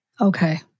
Okay